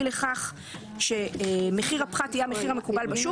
לכך שמחיר הפחת יהיה המחיר המקובל בשוק,